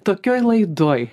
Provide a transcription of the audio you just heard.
tokioj laidoj